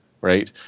right